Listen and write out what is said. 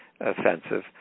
offensive